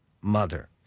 mother